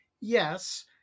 Yes